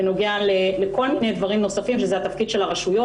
בנוגע לכל מיני דברים נוספים ואמר שזה התפקיד של הרשויות.